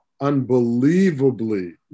Unbelievably